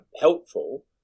helpful